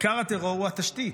עיקר הטרור הוא התשתית,